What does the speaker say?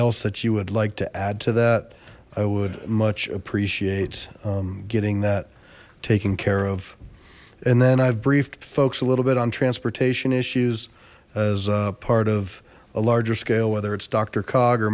else that you would like to add to that would much appreciate getting that taken care of and then i've briefed folks a little bit on transportation issues as part of a larger scale whether it's d